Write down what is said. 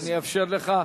אני אאפשר לך.